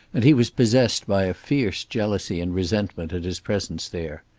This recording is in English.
and he was possessed by a fierce jealousy and resentment at his presence there.